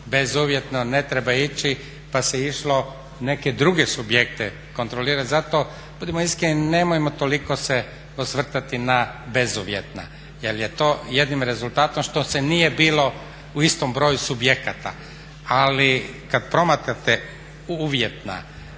bezuvjetno ne treba ići pa se išlo neke druge subjekte kontrolirati, zato budimo iskreni toliko se osvrtati na bezuvjetna jer je to jednim rezultatom što se nije bilo u istom broju subjekata. Ali kad promatrate uvjetna,